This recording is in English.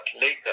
later